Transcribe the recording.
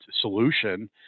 solution